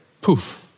poof